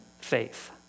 faith